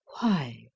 Why